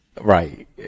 Right